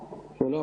שלום.